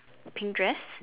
pink dress